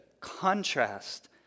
contrast